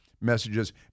messages